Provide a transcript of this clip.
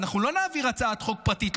ואנחנו לא נעביר הצעת חוק פרטית,